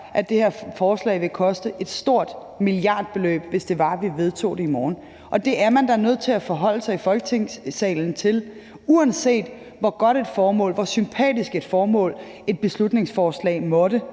at det her forslag vil koste et stort milliardbeløb, hvis det var, vi vedtog det i morgen. Det er man da nødt til at forholde sig til i Folketingssalen, uanset hvor godt et formål og hvor sympatisk et formål et beslutningsforslag måtte